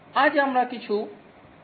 আজ আমরা কিছু প্রাথমিক আলোচনা করব